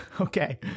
Okay